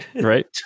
Right